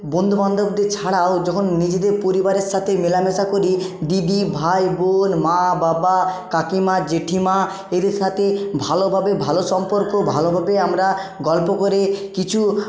বন্ধুবান্ধবদের ছাড়াও যখন নিজেদের পরিবারের সাথে মেলামেশা করি দিদি ভাই বোন মা বাবা কাকিমা জেঠিমা এদের সাথে ভালোভাবে ভালো সম্পর্ক ভালোভাবে আমরা গল্প করে কিছু